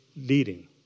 leading